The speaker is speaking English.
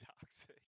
toxic